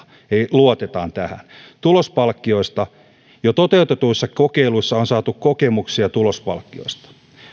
luotetaan tähän tulospalkkioista jo toteutetuissa kokeiluissa on saatu kokemuksia tulospalkkioista